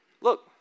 look